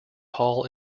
hall